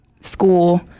school